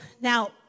Now